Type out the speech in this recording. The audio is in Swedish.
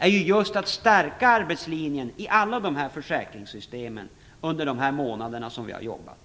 just på att stärka arbetslinjen i alla de här försäkringssystemen under de månader som vi har jobbat.